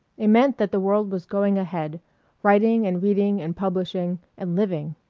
it meant that the world was going ahead writing and reading and publishing and living.